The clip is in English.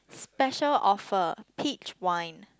special offer peach wine